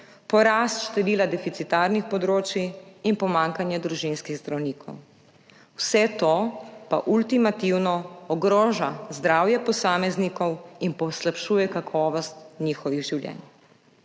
porast števila deficitarnih področij in pomanjkanje družinskih zdravnikov. Vse to pa ultimativno ogroža zdravje posameznikov in poslabšuje kakovost njihovih življenj.